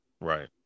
Right